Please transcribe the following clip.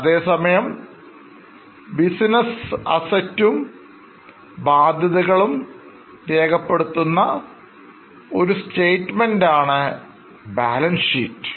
അതെ സമയം business ASSETS ഉം ബാധ്യതകളും രേഖപ്പെടുത്തുന്ന ഒരു സ്റ്റേറ്റ്മെൻറ് ആണ് ബാലൻസ് ഷീറ്റ്